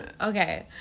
okay